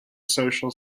social